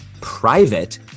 private